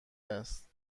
است